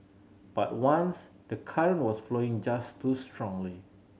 but once the current was flowing just too strongly